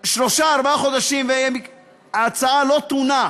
שלושה-ארבעה חודשים, וההצעה לא תונח